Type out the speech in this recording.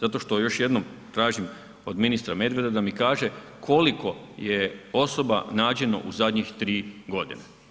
Zato što još jednom tražim od ministra Medveda da mi kaže koliko je osoba nađeno u zadnjih 3 godine?